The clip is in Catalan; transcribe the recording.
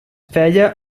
feia